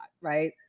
right